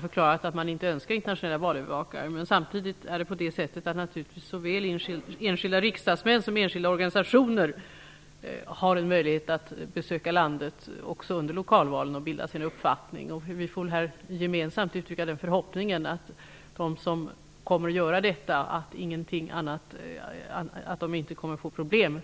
förklarat att man inte önskar internationella valövervakare, men samtidigt har naturligtvis såväl enskilda riksdagsmän som enskilda organisationer en möjlighet att besöka landet också under lokalvalen och bilda sig en uppfattning om vad som händer. Vi får väl här gemensamt uttrycka den förhoppningen att de som reser dit inte kommer att få problem.